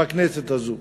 בכנסת הזאת,